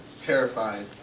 terrified